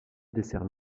dessert